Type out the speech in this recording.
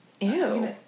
ew